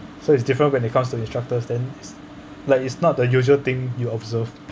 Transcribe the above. so it's different when it comes to instructors then like it's not the usual thing you observe